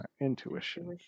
intuition